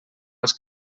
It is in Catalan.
als